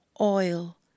Oil